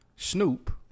Snoop